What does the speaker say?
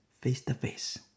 face-to-face